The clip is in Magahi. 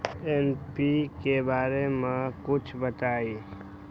एन.पी.के बारे म कुछ बताई?